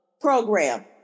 program